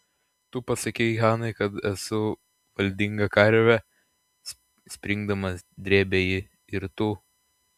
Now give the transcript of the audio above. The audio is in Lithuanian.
tu pasakei hanai kad esu valdinga karvė springdama drėbė ji ir tu